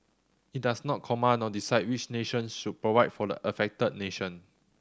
it does not command or decide which nations should provide for the affected nation